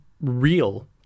real